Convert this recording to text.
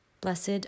Blessed